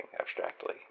abstractly